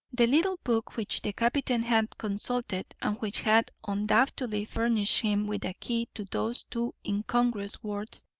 the little book which the captain had consulted, and which had undoubtedly furnished him with a key to those two incongruous words,